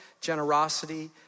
generosity